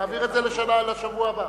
נעביר את זה לשבוע הבא.